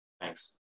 Thanks